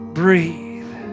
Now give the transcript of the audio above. breathe